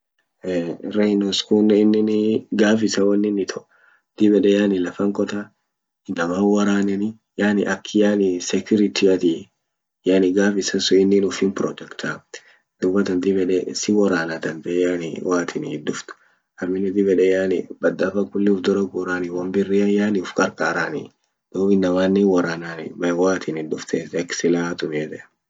Rhinos kunen innini gaf isa wonin itoo dib yede yani lafan qoota inaman woranani yani ak yani security ati yani gaf isa sun innin ufin protector dubatan dib yede siworana dandee yani woatin it duft aminen dib yede yani badafa kulli ufdura gurani won birrian yani uf qarqarani dum innamanen hinworanani woatin it duftet ak silaha tumietan.